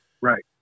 Right